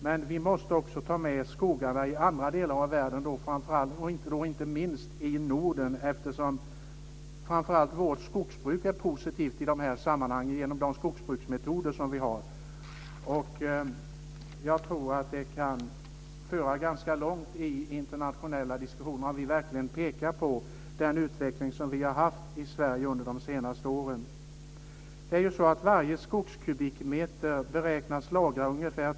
Men vi måste också ta med skogarna i andra delar av världen, inte minst i Norden, eftersom framför allt vårt skogsbruk är positivt i de här sammanhangen genom de skogsbruksmetoder vi har. Jag tror att det kan föra ganska långt i internationella diskussioner om vi verkligen pekar på den utveckling som vi har haft i Sverige under de senaste åren.